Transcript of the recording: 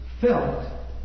felt